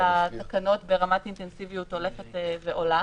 התקנות ברמת אינטנסיביות הולכת ועולה,